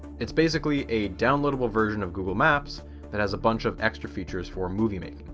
it's basically a downloadable version of google maps that has a bunch of extra features for movie making.